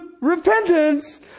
repentance